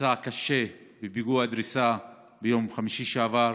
שנפצע קשה בפיגוע הדריסה ביום חמישי שעבר.